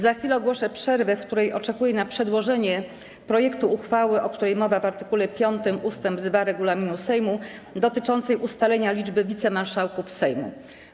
Za chwilę ogłoszę przerwę, w której oczekuję na przedłożenie projektu uchwały, o której mowa w art. 5 ust. 2 regulaminu Sejmu, dotyczącej ustalenia liczby wicemarszałków Sejmu.